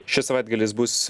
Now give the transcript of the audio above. šis savaitgalis bus